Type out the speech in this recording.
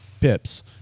pips